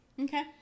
Okay